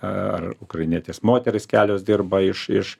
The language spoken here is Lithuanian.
ar ukrainietės moterys kelios dirba iš iš